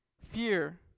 fear